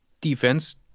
defense